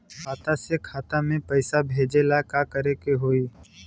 खाता से खाता मे पैसा भेजे ला का करे के होई?